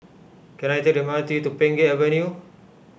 can I take the M R T to Pheng Geck Avenue